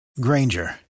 Granger